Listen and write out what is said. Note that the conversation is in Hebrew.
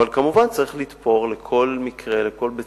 אבל, כמובן, צריך לתפור לכל מקרה, לכל בית-ספר,